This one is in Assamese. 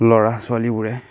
ল'ৰা ছোৱালীবোৰে